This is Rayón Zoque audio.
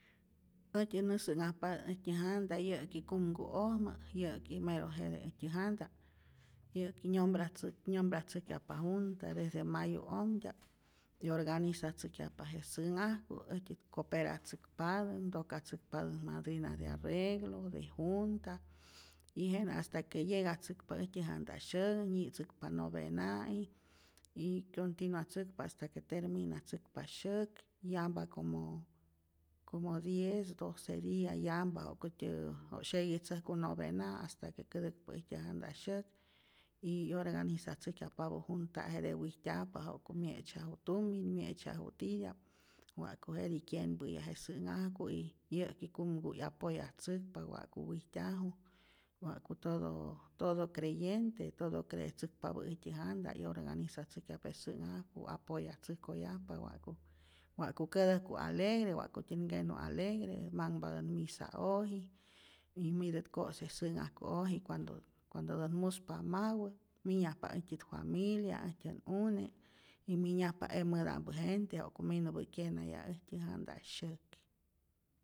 Äjtyä nä sä'nhajpatä äjtyä janta' yä'ki kumku'ojmä, yä'ki mero jete äjtyä janta, yäk nyombratzuj nyombratzujkyajpa junta dese mayu omtya'p, 'yorganizatzäjkyajpa je sä'nhajku, äjtyät coperatzäkpatän, ntokatzäkpatät madrina de arreglo, de junta, y jenä hasta que llegatzäkpa äjtyä janta' syänh, nyi'tzäkpa novena'i, kyontinuatzäkpa hasta que terminatzäkpa syäk, yampa como diez, doce dia yampa wa'kutyä wa' syeguitzäjku novena' hasta que kätäkpa äjtyä janta syäk, y 'yorganizatzäjkyajpapä junta' jete wijtyajpa ja'ku mye'tzyaju tumin, mye'tzyaju titya'p, wa'ku jetij kyenpä'yaj je sä'nhajku, y yä'ki kumku 'yapoyatzäkpa wa'ku wijtyaju, wa'ku todo todo creyente, todo creetzäkpapä' äjtyä janta 'yorganizatzäjkyajpa sä'nhajku, apoyatzäjkoyajpa wa'ku wa'ku kätäjku alegre, wa'kutyän nkenu alegre, manhpatät misa'oji y mität ko'se sä'nhajku'oji cuando cuandotät muspa mawä minyajpa äjtyät familia, äjtyän une' y minyajpa emäta'mpä gente ja'ku minupä kyejnayaj äjtyä janta' syäk.